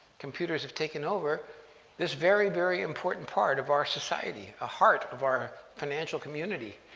computers have taken over this very, very important part of our society, a heart of our financial community.